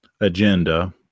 agenda